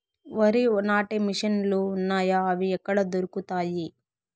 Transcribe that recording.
వరి నాటే మిషన్ ను లు వున్నాయా? అవి ఎక్కడ దొరుకుతాయి?